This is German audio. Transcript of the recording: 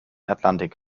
atlantik